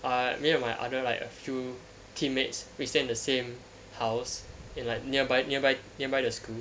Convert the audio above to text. I me and my other like a few teammates we stay in the same house in like nearby nearby nearby the school